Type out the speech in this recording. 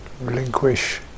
relinquish